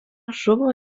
žuvo